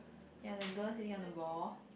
ya the girl sitting on the ball